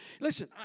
Listen